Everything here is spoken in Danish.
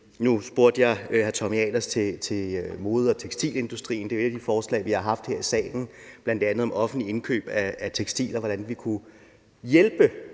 Nu spurgte jeg hr. Tommy Ahlers om mode- og tekstilindustrien. Et af de forslag, vi har haft her i salen, er bl.a. om offentligt indkøb af tekstiler, og hvordan vi kunne hjælpe